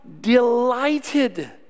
delighted